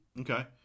Okay